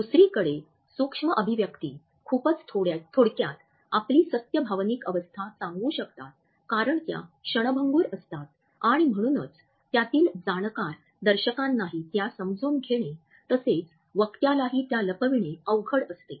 दुसरीकडे सूक्ष्म अभिव्यक्ती खूपच थोडक्यात आपली सत्य भावनिक अवस्था सांगू शकतात कारण त्या क्षणभंगुर असतात आणि म्हणूनच त्यातील जाणकार दर्शकांनाही त्या समजून घेणे तसेच वक्त्यालाही त्या लपविणे अवघड असते